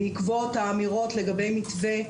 בעקבות האמירות לגבי מתווה,